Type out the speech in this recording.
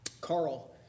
carl